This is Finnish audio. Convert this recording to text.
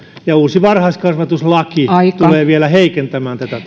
uusi varhaiskasvatuslaki tulee vielä heikentämään tätä